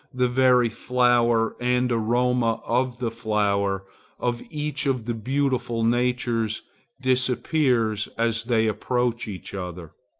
the very flower and aroma of the flower of each of the beautiful natures disappears as they approach each other.